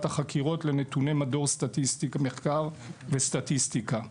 החקירות לנתוני מדור מחקר וסטטיסטיקה;